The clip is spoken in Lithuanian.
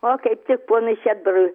o kaip tik ponui šedbarui